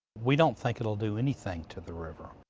we don't think it will do anything to the river.